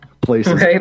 places